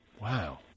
Wow